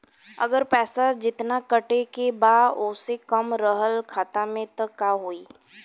अगर पैसा जेतना कटे के बा ओसे कम रहल खाता मे त का होई?